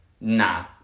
Nah